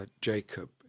jacob